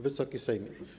Wysoki Sejmie!